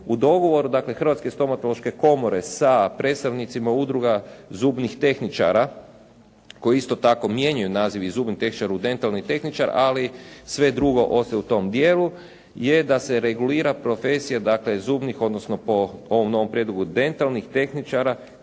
U dogovoru dakle Hrvatske stomatološke komore sa predstavnicima udruga zubnih tehničara koji isto tako mijenjaju naziv iz zubni tehničar u dentalni tehničar, ali sve drugo ostaje u tom dijelu, je da se regulira profesija zubnih odnosno po ovom novom prijedlogu dentalnih tehničara